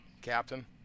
Captain